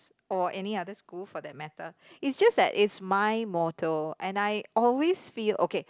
or any other school for that matter it's just that it's my motto and I always feel okay